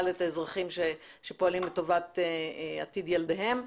את האזרחים שפועלים לטובת עתיד ילדיהם.